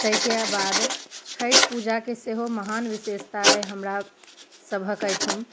तेहिके बाद छठि पूजाके सेहो महान विशेषता अछि हमरा सभहक एहिठाम